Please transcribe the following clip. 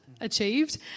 Achieved